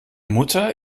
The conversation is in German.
mutter